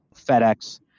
FedEx